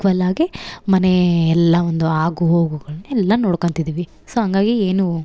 ಈಕ್ವಲಾಗಿ ಮನೆ ಎಲ್ಲ ಒಂದು ಆಗು ಹೋಗುಗಳನ್ನ ಎಲ್ಲ ನೋಡ್ಕೊತಿದೀವಿ ಸೋ ಹಂಗಾಗಿ ಏನು